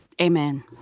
Amen